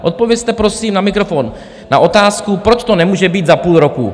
Odpovězte prosím na mikrofon na otázku, proč to nemůže být za půl roku.